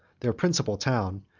their principal town,